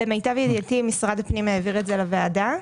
למיטב ידיעתי, משרד הפנים העביר את זה לוועדה.